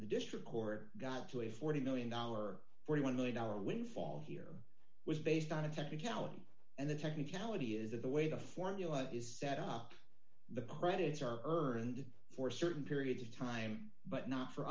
e district court got to a forty million dollar forty one million dollar windfall here was based on a technicality and the technicality is that the way the formula is set up the credits are earned for certain periods of time but not for